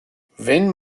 wenn